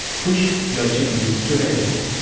push your changes to heroku.